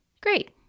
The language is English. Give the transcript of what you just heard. great